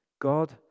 God